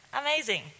Amazing